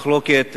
מחלוקת,